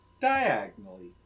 diagonally